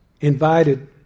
invited